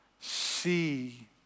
see